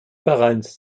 vereins